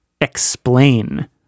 explain